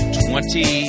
twenty